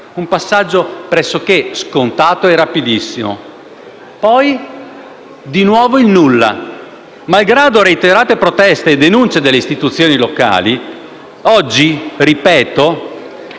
un passaggio pressoché scontato e rapidissimo. Poi, di nuovo, il nulla. Malgrado reiterate proteste e denunce delle istituzioni locali, oggi che,